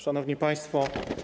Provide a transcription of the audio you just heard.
Szanowni Państwo!